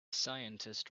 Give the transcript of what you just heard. scientist